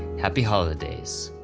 happy holidays.